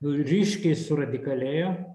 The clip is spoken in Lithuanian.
ryškiai suradikalėjo